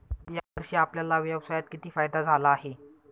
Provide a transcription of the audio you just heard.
या वर्षी आपल्याला व्यवसायात किती फायदा झाला आहे?